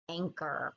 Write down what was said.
anchor